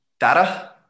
Data